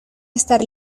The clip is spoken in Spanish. estar